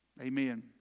amen